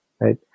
right